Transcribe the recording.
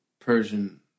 Persian